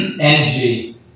energy